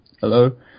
Hello